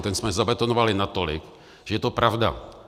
Ten jsme zabetonovali natolik, že je to pravda.